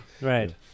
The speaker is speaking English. right